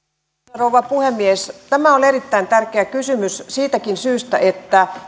rouva puhemies tämä on erittäin tärkeä kysymys siitäkin syystä että